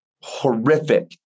horrific